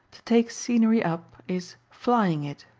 to take scenery up, is flying it,